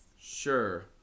Sure